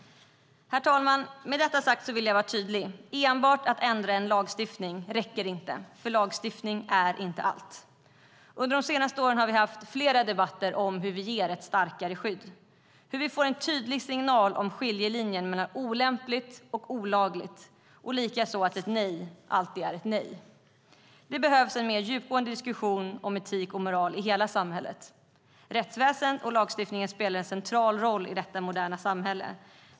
Herr talman! Med detta sagt vill jag vara tydlig. Att enbart ändra en lagstiftning räcker inte, för lagstiftning är inte allt. Under de senaste åren har vi haft flera debatter om hur vi ger ett starkare skydd. Det handlar om hur vi får en tydlig signal om skiljelinjen mellan olämpligt och olagligt och likaså om att ett nej alltid är ett nej. Det behövs en mer djupgående diskussion om etik och moral i hela samhället. Rättväsen och lagstiftning spelar en central roll i detta moderna samhälle.